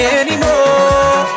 anymore